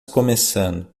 começando